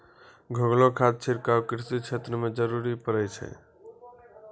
घोललो खाद छिड़काव कृषि क्षेत्र म जरूरी पड़ै छै